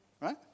right